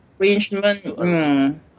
Arrangement